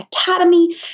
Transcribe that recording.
Academy